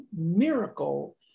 miracle